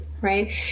right